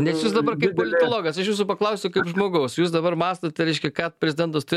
nes jūs dabar kaip politologas aš jūsų paklausiu kaip žmogaus jūs dabar mąstote reiškia kad prezidentas turėtų